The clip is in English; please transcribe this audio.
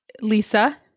Lisa